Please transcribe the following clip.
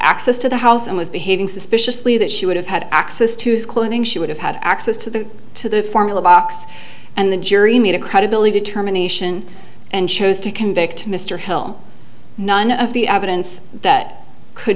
access to the house and was behaving suspiciously that she would have had access to his clothing she would have had access to the to the formula box and the jury made a credibility determination and chose to convict mr hill none of the evidence that could